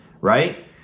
right